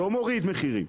לא מוריד מחירים.